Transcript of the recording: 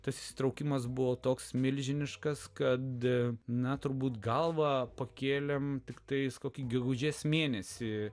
tas įsitraukimas buvo toks milžiniškas kad na turbūt galvą pakėlėme tiktais kokį gegužės mėnesį